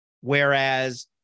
Whereas